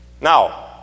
Now